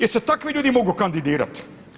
Jel' se takvi ljudi mogu kandidirat?